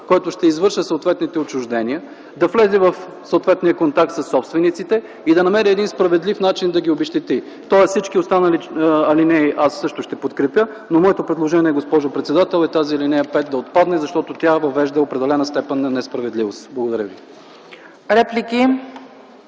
който ще извършва съответните отчуждения, да влезе в съответния контакт със собствениците и да намери един справедлив начин да ги обезщети. Аз също ще подкрепя всички останали алинеи, но моето предложение, госпожо председател, е тази ал. 5 да отпадне, защото тя въвежда определена степен на несправедливост. Благодаря ви.